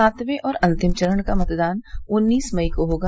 सातवें और अंतिम चरण का मतदान उन्नीस मई को होगा